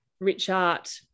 Richart